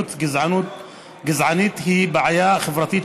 אלימות גזענית היא בעיה חברתית,